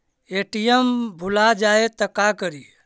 ATM भुला जाये त का करि?